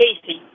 Casey